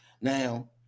now